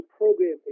program